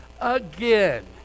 again